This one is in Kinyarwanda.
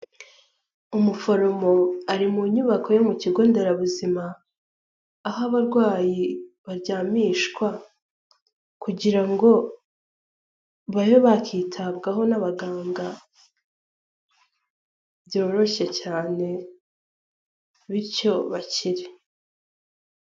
Umuforomo ari mu nyubako yo mu kigo nderabuzima aho abarwayi baryamishwa, kugira ngo babe bakitabwaho n'abaganga, byoroshye cyane bityo bakire.